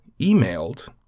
emailed